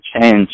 change